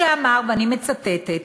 שאמר, ואני מצטטת: